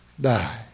die